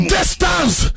Distance